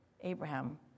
Abraham